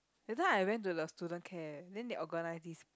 that time I went to the student care then they organise this